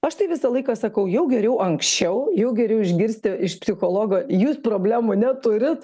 aš tai visą laiką sakau jau geriau anksčiau jau geriau išgirsti iš psichologo jūs problemų neturit